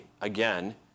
again